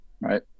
right